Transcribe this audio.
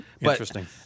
Interesting